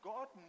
God